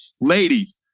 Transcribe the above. Ladies